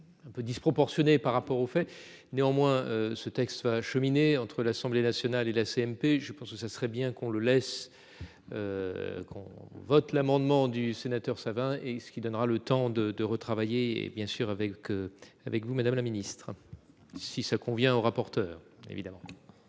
Un peu disproportionné par rapport au fait néanmoins ce texte soit acheminer entre l'Assemblée nationale et la CMP. Je pense que ça serait bien qu'on le laisse. Qu'on vote l'amendement du sénateur ça va et ce qui donnera le temps de de retravailler et bien sûr avec, avec vous, madame la Ministre si ça convient au rapporteur évidemment.